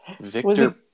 Victor